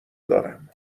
دارم